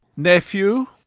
nephew!